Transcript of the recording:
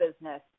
business